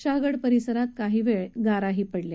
शहागड परिसरात काही वेळ गाराही पडल्या